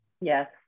Yes